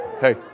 Hey